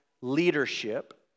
leadership